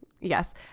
yes